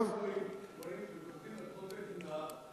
דרוזים בונים על אדמות מדינה,